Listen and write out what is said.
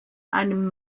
einem